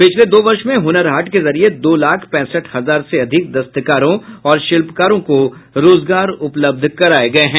पिछले दो वर्ष में हुनर हाट के जरिए दो लाख पैंसठ हजार से अधिक दस्तकारों और शिल्पकारों को रोजगार उपलब्ध कराए गए हैं